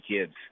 kids